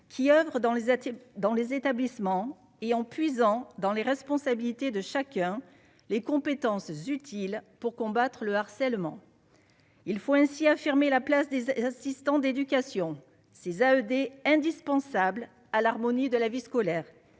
les assiettes dans les établissements et en puisant dans les responsabilités de chacun, les compétences utiles pour combattre le harcèlement, il faut ainsi affirmer la place des assistants d'éducation ces AED indispensables à l'harmonie de la vie scolaire